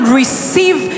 receive